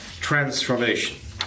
transformation